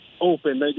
open